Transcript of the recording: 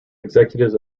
executives